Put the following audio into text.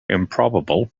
improbable